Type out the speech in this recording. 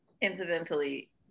Incidentally